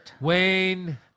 Wayne